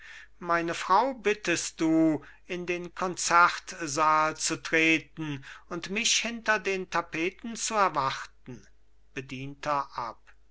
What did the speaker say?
meine frau bittest du in den konzertsaal zu treten und mich hinter den tapeten zu erwarten bedienter ab